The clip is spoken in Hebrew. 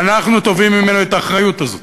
ואנחנו תובעים ממנו את האחריות הזאת.